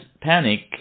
panic